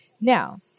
Now